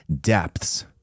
depths